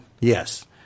Yes